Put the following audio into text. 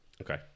Okay